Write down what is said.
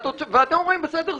ואתם אומרים: בסדר,